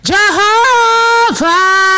Jehovah